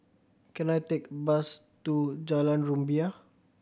can I take a bus to Jalan Rumbia